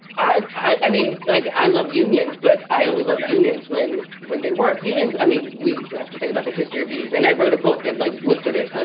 i i mean, like, i love unions, but i only love unions when when they work. unions. i mean, we have to think about the history views. and i wrote a book that like looks at it, ah